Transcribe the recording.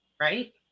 right